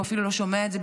הוא אפילו לא שומע את זה,